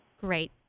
Great